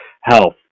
health